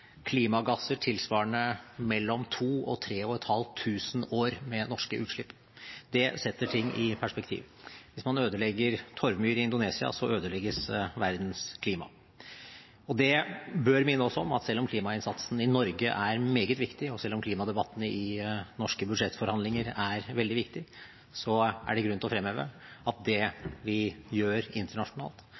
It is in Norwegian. klimagasser tilsvarende 2 000–3 500 år med norske utslipp. Det setter ting i perspektiv. Hvis man ødelegger torvmyr i Indonesia, ødelegges verdens klima. Det bør minne oss om at selv om klimainnsatsen i Norge er meget viktig, og selv om klimadebattene i norske budsjettforhandlinger er veldig viktige, er det grunn til å fremheve at det vi gjør internasjonalt,